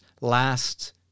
Last